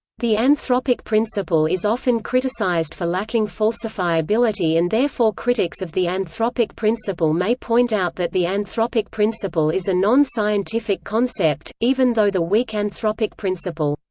the anthropic principle is often criticized for lacking falsifiability and therefore critics of the anthropic principle may point out that the anthropic principle is a non-scientific concept, even though the weak anthropic principle,